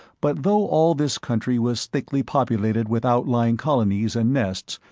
but though all this country was thickly populated with outlying colonies and nests,